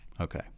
Okay